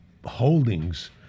holdings